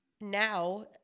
now